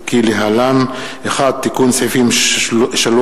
כלהלן: 1. תיקון סעיפים 3,